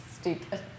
Stupid